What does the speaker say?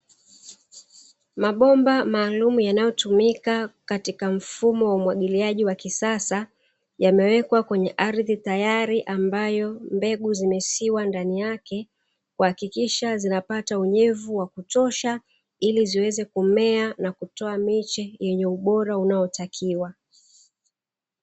Mabomba maalumu yanayotumika katika mfumo wa umwagiliaji wa kisasa yamewekwa kwenye ardhi tayari, ambayo mbegu zimesiwa ndani yake kuhakikisha zinapata unyevu wa kutosha ili ziweze kumea na kutoa miche yenye ubora unaotakiwa.